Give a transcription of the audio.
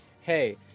Hey